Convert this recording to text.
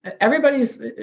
Everybody's